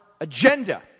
agenda